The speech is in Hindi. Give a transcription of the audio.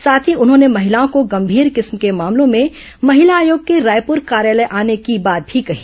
साथ ही उन्होंने महिलाओं को गंभीर किस्म के मामलों में महिला आयोग के रायपुर कार्यालय आने की बात मी कही